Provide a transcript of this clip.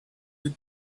had